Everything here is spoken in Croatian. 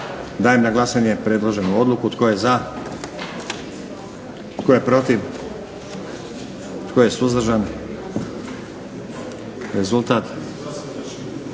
Dajem na glasanje prijedlog odluke. Tko je za? Tko je protiv? Tko je suzdržan? Molim